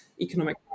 economic